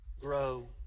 grow